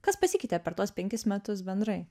kas pasikeitė per tuos penkis metus bendrai